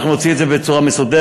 אנחנו נוציא את זה בצורה מסודרת.